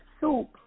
soup